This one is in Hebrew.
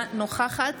אינה נוכחת